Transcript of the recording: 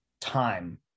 time